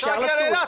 אפשר להגיע לאילת.